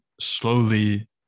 slowly